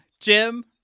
Jim